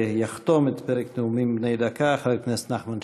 יחתום את פרק נאומים בני דקה חבר הכנסת נחמן שי.